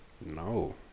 No